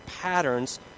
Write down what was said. patterns